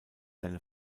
seine